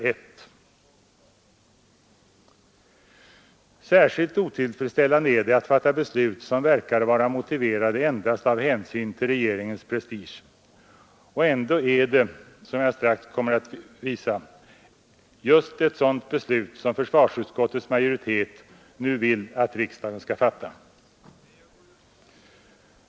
Det är särskilt otillfredsställande att fatta beslut som verkar vara motiverade endast av hänsyn till regeringens prestige. Och ändå är det — som jag strax kommer att visa — just ett sådant beslut som försvarsutskottets majoritet nu vill att riksdagen skall fatta.